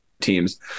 teams